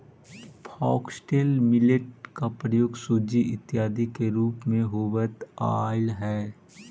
foxtail millet का प्रयोग सूजी इत्यादि के रूप में होवत आईल हई